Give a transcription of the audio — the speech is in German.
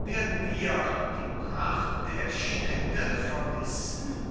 werden wir die pracht der städte vermissen